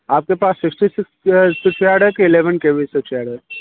आपके पास sixty six switch yard है या eleven K V switch yard है